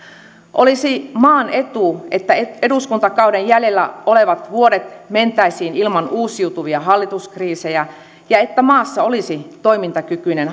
olisi maan etu että eduskuntakauden jäljellä olevat vuodet mentäisiin ilman uusiutuvia hallituskriisejä ja että maassa olisi toimintakykyinen